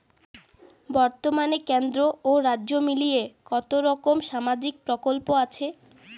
বতর্মানে কেন্দ্র ও রাজ্য মিলিয়ে কতরকম সামাজিক প্রকল্প আছে?